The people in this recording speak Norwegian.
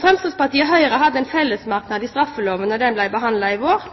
Fremskrittspartiet og Høyre hadde her en fellesmerknad til straffeloven da den ble behandlet i vår.